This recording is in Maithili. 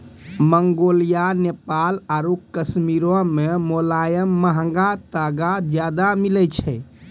मंगोलिया, नेपाल आरु कश्मीरो मे मोलायम महंगा तागा ज्यादा मिलै छै